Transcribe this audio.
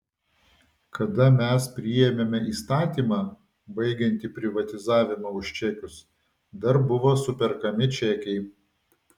kada mes priėmėme įstatymą baigiantį privatizavimą už čekius dar buvo superkami čekiai